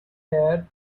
air